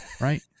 right